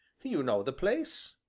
you know the place?